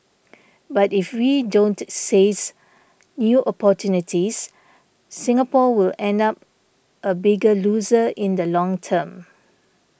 but if we don't seize new opportunities Singapore will end up a bigger loser in the long term